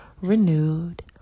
renewed